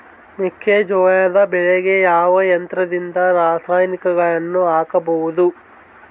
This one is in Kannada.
ಮೆಕ್ಕೆಜೋಳ ಬೆಳೆಗೆ ಯಾವ ಯಂತ್ರದಿಂದ ರಾಸಾಯನಿಕಗಳನ್ನು ಹಾಕಬಹುದು?